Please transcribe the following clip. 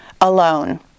alone